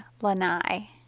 lanai